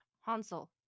hansel